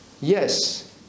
yes